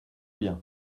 bien